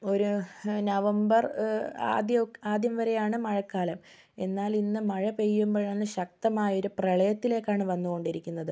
ഒരു നവംബർ ആദ്യൊ ആദ്യം വരെയാണ് മഴക്കാലം എന്നാലിന്ന് മഴ പെയ്യുമ്പോൾ നല്ല ശക്തമായ ഒരു പ്രളയത്തിലേക്കാണ് വന്നുകൊണ്ടിരിക്കുന്നത്